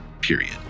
period